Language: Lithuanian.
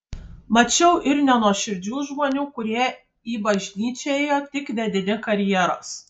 mačiau ir nenuoširdžių žmonių kurie į bažnyčią ėjo tik vedini karjeros